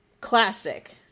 classic